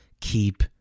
keep